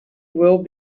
will